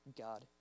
God